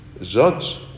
judge